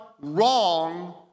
wrong